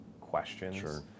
questions